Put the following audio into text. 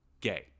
Gay